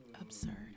absurd